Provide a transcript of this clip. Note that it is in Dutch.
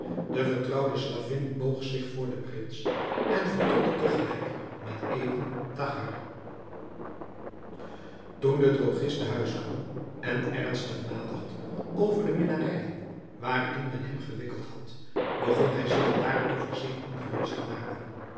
de vertrouwde slavin boog zich voor den prins en vertrok te gelijk met ebn thahar toen de drogist te huis kwam en ernstig nadacht over de minnarijen waarin men hem gewikkeld had begon hij zich daarover zeer ongerust te maken